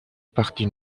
partie